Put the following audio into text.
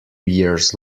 years